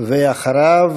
ואחריו,